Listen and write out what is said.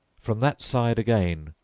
from that side again,